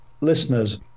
listeners